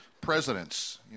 presidents